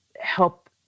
help